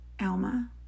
Alma